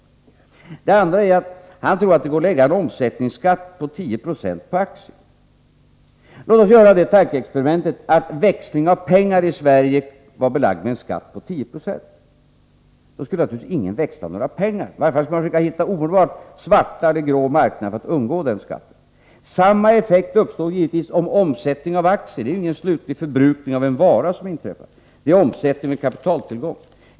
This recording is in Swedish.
För det andra tror Jörn Svensson att det går att lägga en omsättningsskatt på 1090 på aktier. Låt oss gör det tankeexperimentet att växling av pengar i Sverige vore belagd med en skatt på 10 90. Då skulle naturligtvis ingen växla några pengar. I varje fall skulle man försöka hitta svarta eller grå marknader för att undgå den skatten. Samma effekt uppstår givetvis om omsättningen av aktier skulle beskattas. Det är ju inte fråga om någon slutlig förbrukning av en vara, utan det är en kapitaltillgång som omsätts.